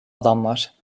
adamlar